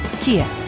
Kia